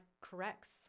corrects